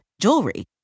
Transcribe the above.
jewelry